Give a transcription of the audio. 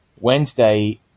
Wednesday